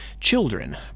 Children